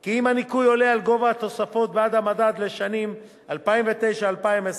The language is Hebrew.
כי אם הניכוי עולה על גובה התוספת בעד המדד לשנים 2009 2011,